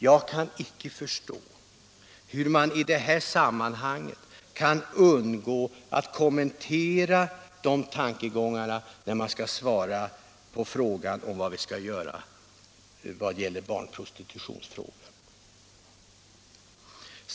Jag kan inte förstå hur justitieministern kunnat undgå att kommentera dessa tankegångar i samband med besvarandet av ett spörsmål om vad som skall göras i barnprostitutionsfrågan.